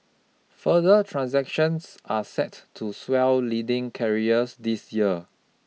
further transactions are set to swell leading carriers this year